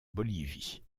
bolivie